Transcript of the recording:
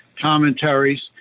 commentaries